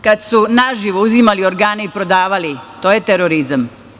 Kad su naživo uzimali organe i prodavali, to je terorizam.